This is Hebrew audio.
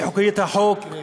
לפי חוקתיות החוק,